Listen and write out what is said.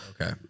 Okay